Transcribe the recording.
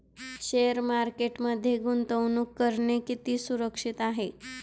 Share मार्केटमध्ये गुंतवणूक करणे किती सुरक्षित आहे?